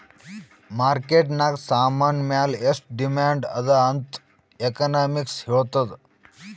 market ನಾಗ್ ಸಾಮಾನ್ ಮ್ಯಾಲ ಎಷ್ಟು ಡಿಮ್ಯಾಂಡ್ ಅದಾ ಅಂತ್ ಎಕನಾಮಿಕ್ಸ್ ಹೆಳ್ತುದ್